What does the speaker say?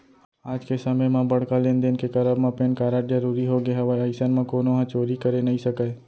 आज के समे म बड़का लेन देन के करब म पेन कारड जरुरी होगे हवय अइसन म कोनो ह चोरी करे नइ सकय